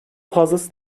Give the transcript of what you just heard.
fazlası